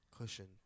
Cushion